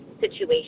situation